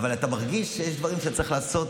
אבל אתה מרגיש שיש דברים שצריך לעשות,